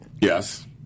Yes